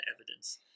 evidence